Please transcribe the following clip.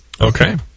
okay